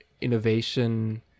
innovation